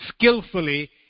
skillfully